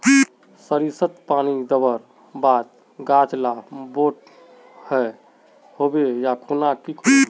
सरिसत पानी दवर बात गाज ला बोट है होबे ओ खुना की करूम?